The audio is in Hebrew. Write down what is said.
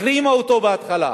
החרימה אותו בהתחלה,